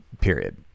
period